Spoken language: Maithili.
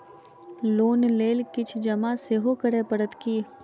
लोन लेल किछ जमा सेहो करै पड़त की?